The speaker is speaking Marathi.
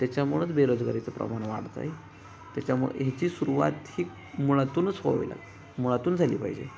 त्याच्यामुळंच बेरोजगारीचं प्रमाण वाढतं आहे त्याच्यामुळं हिची सुरवात ही मुळातूनच व्हावी लागते मुळातून झाली पाहिजे